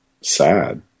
sad